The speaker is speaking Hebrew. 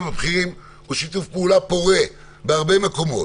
הבכירים הוא שיתוף פעולה פורה בהרבה מקומות,